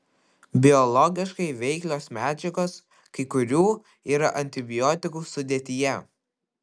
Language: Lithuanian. biologiškai veiklios medžiagos kai kurių yra antibiotikų sudėtyje